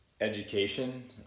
education